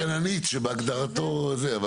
לכן ענית שבהגדרתו זה.